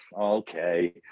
okay